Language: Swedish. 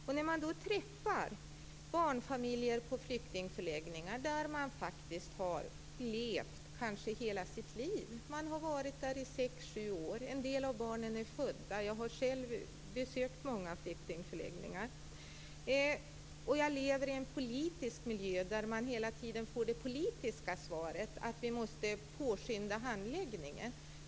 Jag har själv besökt många flyktingförläggningar. En del av barnen är födda där och har levt hela sitt liv där, ibland sex, sju år. Jag lever också i en politisk miljö där vi hela tiden får det svaret att handläggningen måste påskyndas.